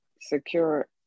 secure